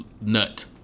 nut